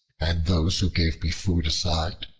and those who gave me food aside,